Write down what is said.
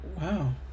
wow